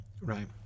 right